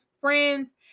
friends